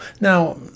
Now